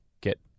get